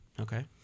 Okay